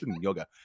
yoga